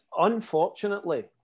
unfortunately